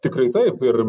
tikrai taip ir